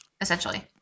essentially